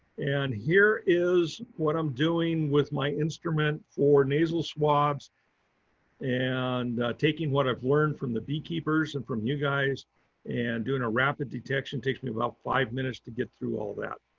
and here is what i'm doing with my instrument for nasal swabs and taking what i've learned from the beekeepers and from you guys and doing a rapid detection. takes me about five minutes to get through all that.